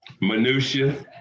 Minutia